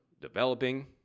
developing